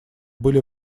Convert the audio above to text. были